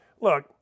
Look